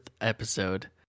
episode